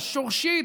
השורשית,